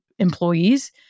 employees